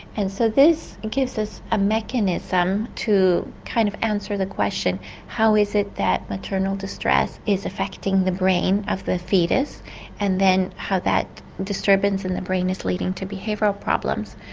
and so this and gives us a mechanism to kind of answer the question how is it that maternal distress is affecting the brain of the foetus and then how that disturbance in the brain is leading to behavioural problems.